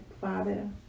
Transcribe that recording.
father